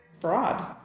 fraud